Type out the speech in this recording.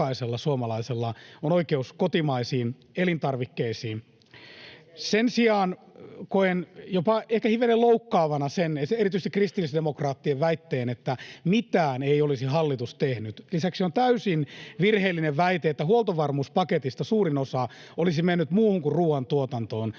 jokaisella suomalaisella on oikeus kotimaisiin elintarvikkeisiin. Sen sijaan koen jopa ehkä hivenen loukkaavana sen erityisesti kristillisdemokraattien väitteen, että mitään ei olisi hallitus tehnyt. Lisäksi on täysin virheellinen väite, että huoltovarmuuspaketista suurin osa olisi mennyt muuhun kuin ruuantuotantoon.